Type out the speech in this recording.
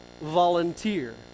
volunteer